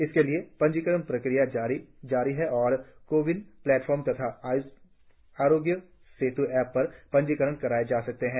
इसके लिए पंजीकरण प्रक्रिया जारी है और को विन प्लेटफॉर्म तथा आरोग्य सेत् एप पर पंजीकरण कराये जा सकते हैं